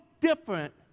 different